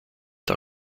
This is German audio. der